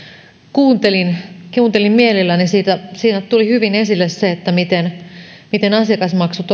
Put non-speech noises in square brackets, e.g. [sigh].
kuuntelin mielelläni siinä tuli hyvin esille se miten miten asiakasmaksut [unintelligible]